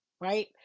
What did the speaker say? right